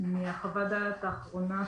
מחוות הדעת האחרונה שלך,